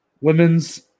Women's